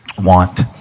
want